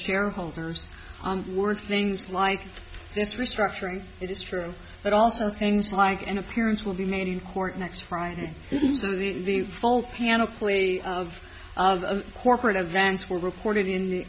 shareholders on were things like fish restructuring it is true but also things like an appearance will be made in court next friday the full panoply of of corporate events were reported in the